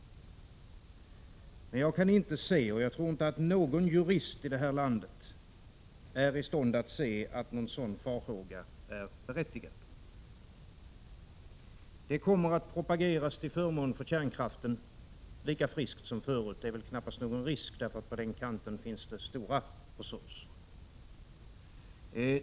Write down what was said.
Men jag kan inte se, och jag tror inte att någon jurist i det här landet är i'stånd att se, att någon sådan farhåga är berättigad. Det kommer att propageras till förmån för kärnkraften lika friskt som förut — det är knappast någon risk för annat, för på den kanten finns det stora resurser.